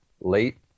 late